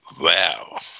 wow